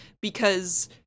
Because-